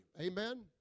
Amen